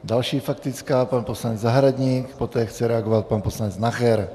Další faktická, pan poslanec Zahradník, poté chce reagovat pan poslanec Nacher.